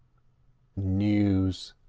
news!